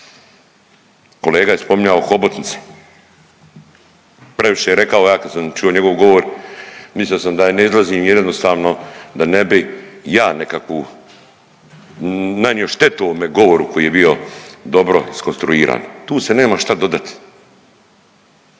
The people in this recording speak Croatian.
Kolega je spominjao hobotnice, previše je rekao ja kad sam čuo njegov govor mislio da da ne izlazim jer jednostavno da ne bi ja nekakvu nanio štetu ovome govoru koji je bio dobro iskonstruiran. Tu se nema šta dodati.